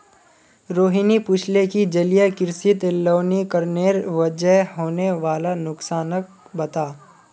रोहिणी पूछले कि जलीय कृषित लवणीकरनेर वजह होने वाला नुकसानक बता